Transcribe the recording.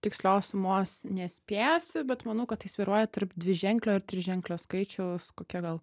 tikslios sumos nespėsiu bet manau kad tai svyruoja tarp dviženklio ir triženklio skaičiaus kokie gal